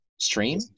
Stream